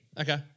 Okay